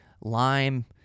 lime